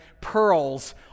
pearls